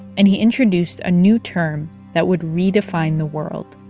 and he introduced a new term that would redefine the world